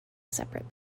separate